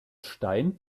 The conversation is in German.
stein